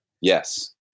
Yes